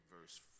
verse